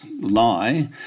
lie